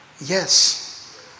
Yes